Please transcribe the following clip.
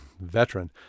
veteran